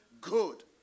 good